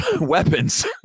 weapons